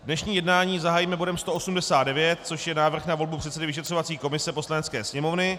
Dnešní jednání zahájíme bodem 189, což je návrh na volbu předsedy vyšetřovací komise Poslanecké sněmovny.